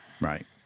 right